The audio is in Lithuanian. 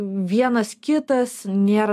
vienas kitas nėra